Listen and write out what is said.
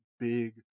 big